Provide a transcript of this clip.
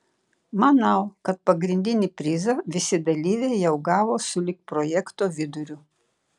manau kad pagrindinį prizą visi dalyviai jau gavo sulig projekto viduriu